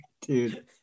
dude